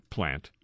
Plant